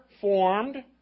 formed